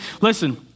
listen